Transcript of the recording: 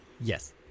Yes